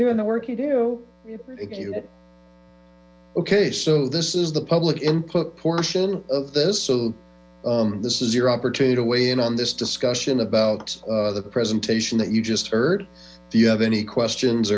doing the work you do ok so this is the public input portion of this so this is your opportunity to weigh in on this discussion about the presentation you just heard do you have any questions